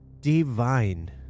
divine